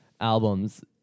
albums